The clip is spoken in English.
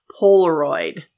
Polaroid